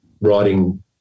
writing